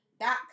dot